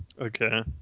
Okay